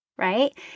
Right